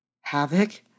havoc